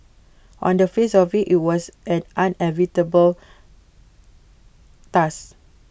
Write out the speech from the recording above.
on the face of IT it was an unenviable task